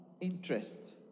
interest